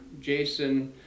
Jason